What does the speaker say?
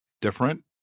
different